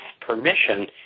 permission